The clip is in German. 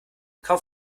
kaum